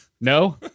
No